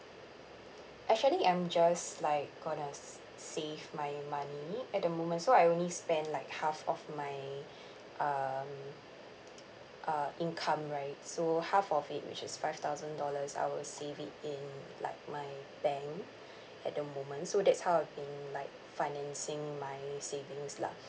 actually I'm just like gonna s~ save my money at the moment so I only spend like half of my um uh income right so half of it which is five thousand dollars I will save it in like my bank at the moment so that's how I've been like financing my savings lah